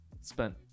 spent